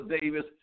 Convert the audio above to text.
Davis